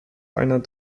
einer